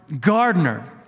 gardener